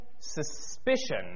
suspicion